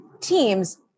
teams